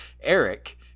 eric